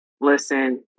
listen